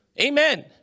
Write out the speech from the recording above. Amen